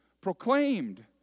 proclaimed